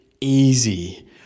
easy